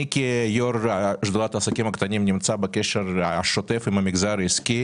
כיושב-ראש שדולת העסקים הקטנים אני נמצא בקשר שוטף עם המגזר העסקי.